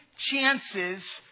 chances